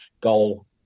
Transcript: goal